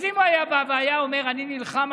אם הוא היה בא והיה אומר: אני בקואליציה,